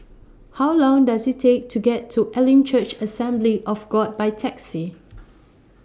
How Long Does IT Take to get to Elim Church Assembly of God By Taxi